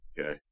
okay